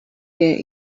there